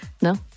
No